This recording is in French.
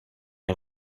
est